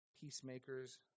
Peacemakers